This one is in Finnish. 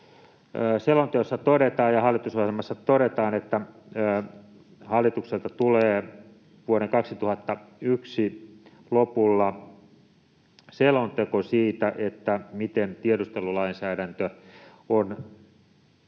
hyvin päästy liikkeelle. Hallitusohjelmassa todetaan, että hallitukselta tulee vuoden 2021 lopulla selonteko siitä, miten tiedustelulainsäädäntö on